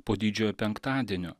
po didžiojo penktadienio